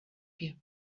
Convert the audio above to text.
here